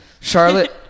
Charlotte